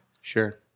Sure